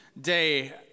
day